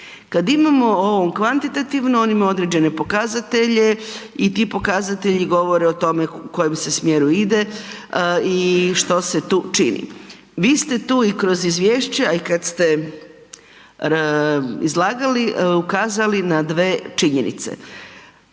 Kad imamo ovo kvantitativno on ima određene pokazatelje i ti pokazatelji govore o tome u kojem se smjeru ide i što se tu čini. Vi ste tu i kroz izvješće, a i kad ste izlagali ukazali na dve činjenice,